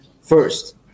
First